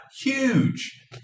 Huge